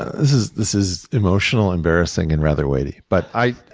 this is this is emotional, embarrassing, and rather weighty. but i